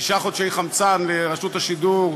שישה חודשי חמצן לרשות השידור,